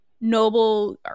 noble